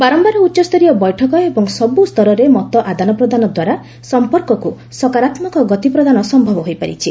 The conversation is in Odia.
ବାରମ୍ଭାର ଉଚ୍ଚସ୍ତରୀୟ ବୈଠକ ଏବଂ ସବ୍ରସ୍ତରରେ ମତ ଆଦାନପ୍ରଦାନ ଦ୍ୱାରା ସମ୍ପର୍କକ୍ ସକାରାତ୍ମକ ଗତି ପ୍ରଦାନ ସମ୍ଭବ ହୋଇପାରିଛି